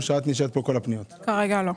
כרגע לא.